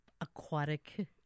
aquatic